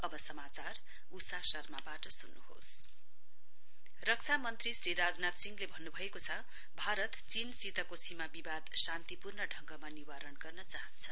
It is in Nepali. डीफेन्स मिन्सिटर शख पूजा रक्षा मन्त्री श्री राजनाथ सिंहले भन्नुभएको छ भारत चीनसितको सीमा विवाद शान्तिपूर्ण ढगमा निवारण गर्न चाहन्छ